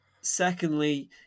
secondly